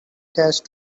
cache